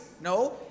no